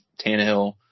Tannehill